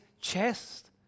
chest